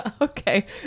Okay